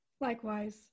Likewise